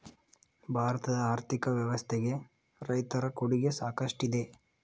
ಭಾರತದ ಆರ್ಥಿಕ ವ್ಯವಸ್ಥೆಗೆ ರೈತರ ಕೊಡುಗೆ ಸಾಕಷ್ಟಿದೆ